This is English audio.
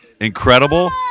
incredible